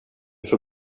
får